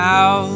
Now